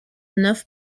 enough